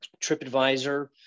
TripAdvisor